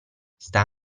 sta